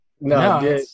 No